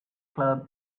club